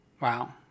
Wow